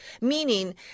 Meaning